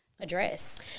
address